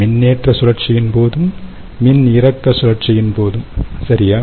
மின்னேற்ற சுழற்சியின் போதும் மின்னிறக்க சுழற்சியின் போதும் சரியா